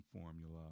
formula